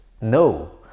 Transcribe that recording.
no